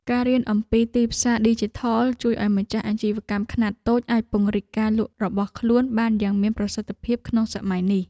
ការរៀនអំពីទីផ្សារឌីជីថលជួយឱ្យម្ចាស់អាជីវកម្មខ្នាតតូចអាចពង្រីកការលក់របស់ខ្លួនបានយ៉ាងមានប្រសិទ្ធភាពក្នុងសម័យនេះ។